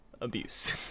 abuse